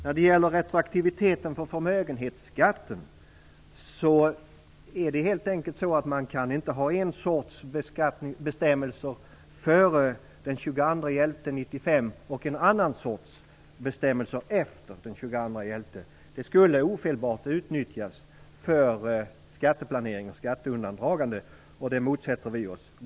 Vad gäller retroaktiviteten för förmögenhetsskatten vill jag säga följande. Man kan helt enkelt inte ha en sorts bestämmelser före den 22 november 1995 och en annan sorts bestämmelser efter den 22 november. Det skulle ofelbart utnyttjas för skatteplanering och skatteundandragande, och det motsätter vi oss.